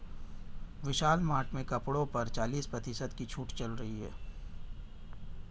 विशाल मार्ट में कपड़ों पर चालीस प्रतिशत की छूट चल रही है